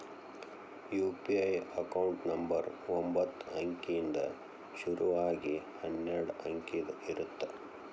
UPI account number ಒಂಬತ್ತ ಅಂಕಿಯಿಂದ್ ಶುರು ಆಗಿ ಹನ್ನೆರಡ ಅಂಕಿದ್ ಇರತ್ತ